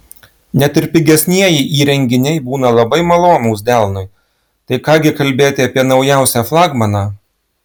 net ir pigesnieji įrenginiai būna labai malonūs delnui tai ką gi kalbėti apie naujausią flagmaną